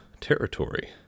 territory